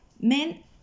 men